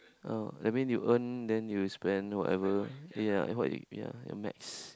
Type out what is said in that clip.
oh that mean you earn then you spend whatever ya what you ya your max